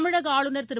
தமிழகஆளுநர் திரு